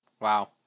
Wow